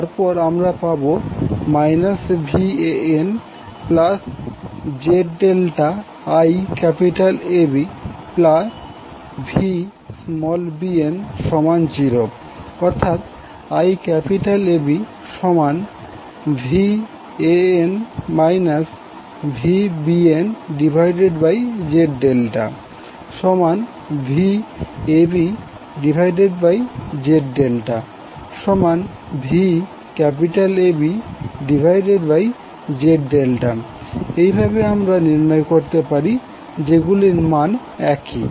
তারপর আমার পাবো VanZ∆IABVbn0 অথবা IABVan VbnZ∆VabZ∆VABZ∆ এইভাবে আমরা নির্ণয় করতে পারি যেগুলির মান একই